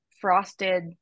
frosted